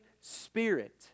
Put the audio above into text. Spirit